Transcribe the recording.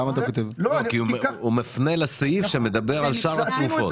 הוא מפנה לסעיף שמדבר על שאר הצרופות.